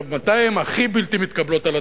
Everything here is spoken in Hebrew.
מתי הן הכי בלתי מתקבלות על הדעת?